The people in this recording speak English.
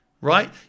right